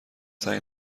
سعی